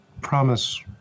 promise